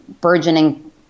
burgeoning